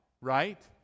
Right